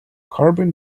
carbon